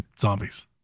zombies